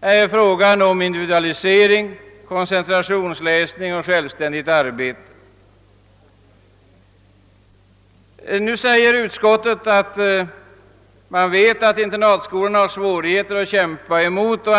Det är frågan om individualisering, koncentrationsläsning och självständigt arbete. Nu skriver utskottet att det känner till att internatskolorna har svårigheter att kämpa mot och